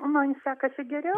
man sekasi geriau